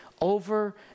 over